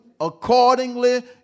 accordingly